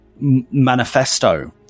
manifesto